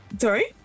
Sorry